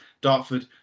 Dartford